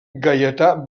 gaietà